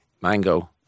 Mango